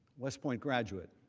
west point graduate